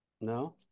No